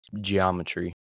geometry